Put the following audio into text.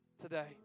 today